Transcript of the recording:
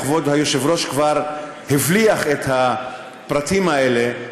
וכבוד היושב-ראש כבר הבליע את הפרטים האלה,